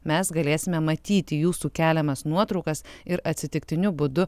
mes galėsime matyti jūsų keliamas nuotraukas ir atsitiktiniu būdu